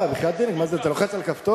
בחייאת דינכ, מה, אתה לוחץ על כפתור?